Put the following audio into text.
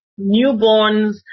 newborns